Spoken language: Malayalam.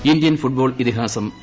് ഇന്ത്യൻ ഫുട്ബോൾ ഇതിഹാസം പി